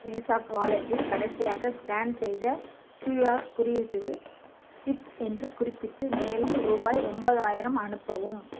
பேஸாப் வாலெட்டில் கடைசியாக ஸ்கேன் செய்த கியூஆர் குறியீட்டுக்கு டிப்ஸ் என்று குறிப்பிட்டு மேலும் ரூபாய் ஒம்பதாயிரம் அனுப்பவும்